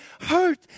hurt